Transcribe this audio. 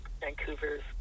Vancouver's